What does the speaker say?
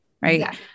Right